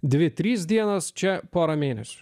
dvi trys dienos čia pora mėnesių